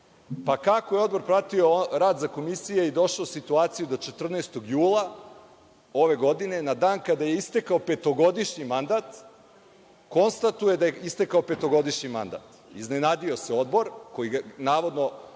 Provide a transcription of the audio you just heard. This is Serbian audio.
Pa, kako je Odbor pratio rad Komisije i došao u situaciju da 14. jula ove godine, na dan kada je istekao petogodišnji mandat, konstatuje da je istekao petogodišnji mandat? Iznenadio se Odbor koji navodno